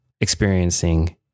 experiencing